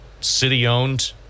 City-owned